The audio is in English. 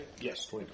Yes